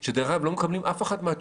בוטה מדי.